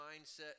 mindset